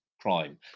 crime